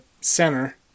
center